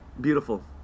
Beautiful